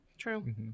true